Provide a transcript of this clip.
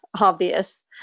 obvious